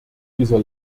dieser